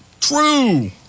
true